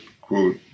quote